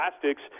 plastics